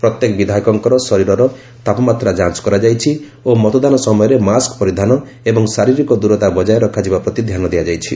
ପ୍ରତ୍ୟେକ ବିଧାୟକଙ୍କର ଶରୀରର ତାପମାତ୍ରା ଯାଞ୍ଚ କରାଯାଇଛି ଓ ମତଦାନ ସମୟରେ ମାସ୍କ ପରିଧାନ ଏବଂ ଶାରୀରିକ ଦୂରତା ବଜାୟ ରଖାଯିବା ପ୍ରତି ଧ୍ୟାନ ଦିଆଯାଇଛି